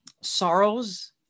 sorrows